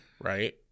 Right